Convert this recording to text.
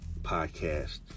podcast